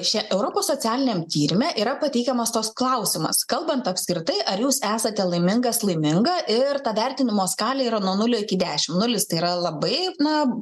šie europos socialiniam tyrime yra pateikiamas toks klausimas kalbant apskritai ar jūs esate laimingas laiminga ir ta vertinimo skalė yra nuo nulio iki dešimt nulis tai yra labai na